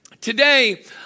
today